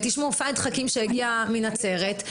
פרופסור פהד חכים שהגיע מנצרת,